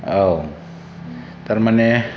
औ थारमानि